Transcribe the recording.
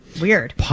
Weird